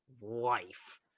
life